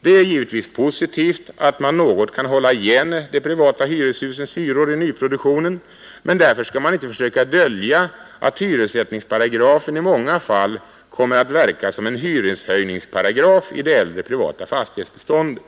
Det är givetvis positivt att man något kan hålla igen de privata hyreshusens hyror i nyproduktionen, men därför skall man inte försöka dölja att hyressättningsparagrafen i många fall kommer att verka som en hyreshöjningsparagraf i det äldre privata fastighetsbeståndet.